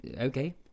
okay